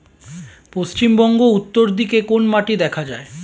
পশ্চিমবঙ্গ উত্তর দিকে কোন মাটি দেখা যায়?